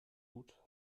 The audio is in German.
gut